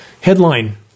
Headline